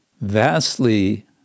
vastly